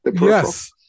Yes